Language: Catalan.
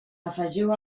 afegiu